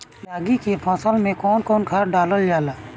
रागी के फसल मे कउन कउन खाद डालल जाला?